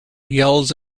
yells